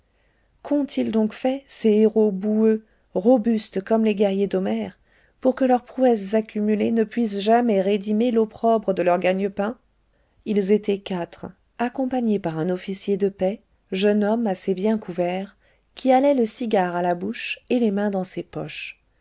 qu'ont-ils donc fait ces héros boueux robustes comme les guerriers d'homère pour que leurs prouesses accumulées ne puissent jamais rédimer l'opprobre de leur gagne-pain ils étaient quatre accompagnés par un officier de paix jeune homme assez bien couvert qui allait le cigare à la bouche et les mains dans ses poches